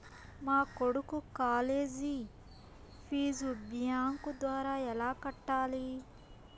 మా కొడుకు college fees bank ద్వారా ఎలా కట్టాలి?